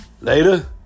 later